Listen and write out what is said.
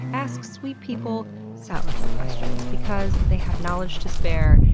ask sweet people sourdough questions, because they have knowledge to spare,